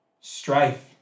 Strife